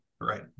Right